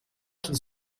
qu’il